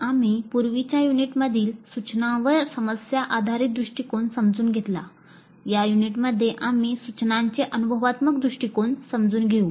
आम्ही पूर्वीच्या युनिटमधील सूचनांवर समस्या आधारित दृष्टीकोन समजून घेतला या युनिटमध्ये आम्ही सूचनांचे अनुभवात्मक दृष्टिकोन समजून घेऊ